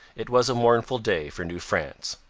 it was a mournful day for new france.